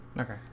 Okay